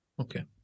Okay